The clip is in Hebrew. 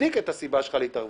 תצדיק את הסיבה שלך להתערבות.